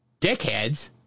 dickheads